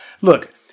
look